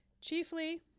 chiefly